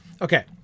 Okay